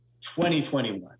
2021